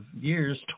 years